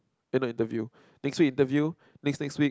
then the interview next week interview next next week